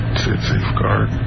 safeguard